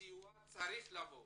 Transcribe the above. הסיוע צריך לבוא